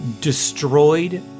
destroyed